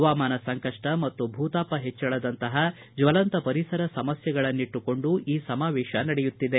ಹವಾಮಾನ ಸಂಕಷ್ಟ ಮತ್ತು ಭೂತಾಪ ಹೆಚ್ಚಳದಂತಹ ಜ್ವಲಂತ ಪರಿಸರ ಸಮಸ್ಥೆಗಳನ್ನಿಟ್ಟುಕೊಂಡು ಈ ಸಮಾವೇಶ ನಡೆಯುತ್ತಿದೆ